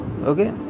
okay